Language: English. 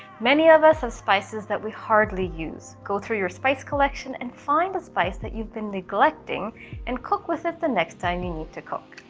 many of us have spices that we hardly use. go through your spice collection and find a spice that you've been neglecting and cook with it the next time you need to cook.